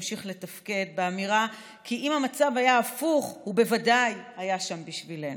ימשיך לתפקד באמירה כי אם המצב היה הפוך הוא בוודאי היה שם בשבילם.